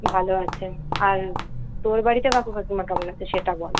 ভালো আছে আর তোর বাড়িতে কাকু কাকিমা কেমন আছে সেটা বল